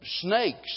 snakes